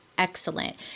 excellent